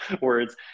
words